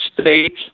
states